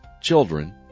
children